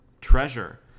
Treasure